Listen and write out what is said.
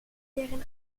deren